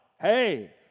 hey